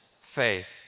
faith